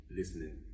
Listening